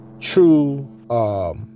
true